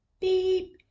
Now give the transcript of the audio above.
beep